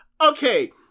okay